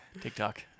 TikTok